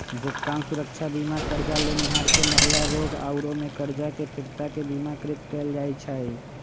भुगतान सुरक्षा बीमा करजा लेनिहार के मरला, रोग आउरो में करजा के फिरता के बिमाकृत कयल जाइ छइ